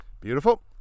Beautiful